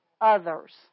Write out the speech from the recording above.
others